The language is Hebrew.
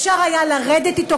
אפשר היה לרדת אתו,